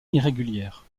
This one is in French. irrégulière